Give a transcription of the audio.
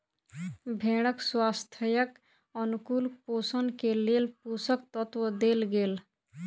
भेड़क स्वास्थ्यक अनुकूल पोषण के लेल पोषक तत्व देल गेल